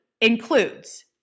includes